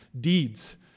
deeds